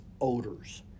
odors